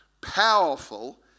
powerful